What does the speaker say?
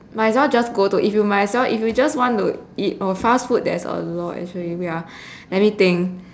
might as well just go to if you might as well if you just want to eat oh fast food there's a lot actually wait ah let me think